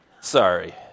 Sorry